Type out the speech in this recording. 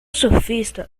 surfista